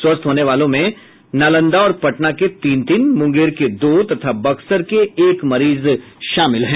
स्वस्थ होने वालों में नालंदा और पटना के तीन तीन मुंगेर के दो तथा बक्सर के एक मरीज शामिल हैं